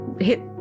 hit